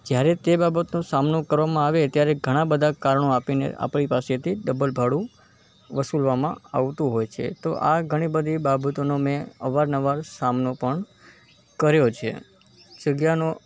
જયારે તે બાબતનો સામનો કરવામાં આવે ત્યારે ઘણાં બધા કારણો આપીને આપણી પાસેથી ડબલ ભાડું વસૂલવામાં આવતું હોય છે તો આ ઘણી બધી બાબતોનો મેં અવાર નવાર સામનો પણ કર્યો છે જગ્યાનો